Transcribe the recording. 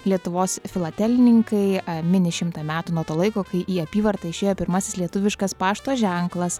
lietuvos filatelininkai mini šimtą metų nuo to laiko kai į apyvartą išėjo pirmasis lietuviškas pašto ženklas